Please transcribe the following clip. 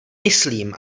myslím